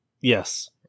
Yes